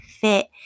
fit